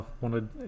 wanted